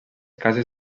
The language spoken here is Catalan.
cases